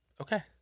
Okay